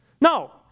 No